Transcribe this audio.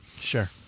Sure